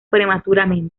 prematuramente